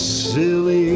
silly